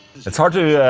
it's hard to.